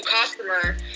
customer